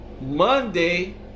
Monday